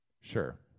sure